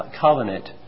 Covenant